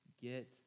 get